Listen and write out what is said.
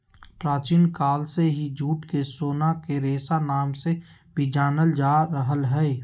प्राचीन काल से ही जूट के सोना के रेशा नाम से भी जानल जा रहल हय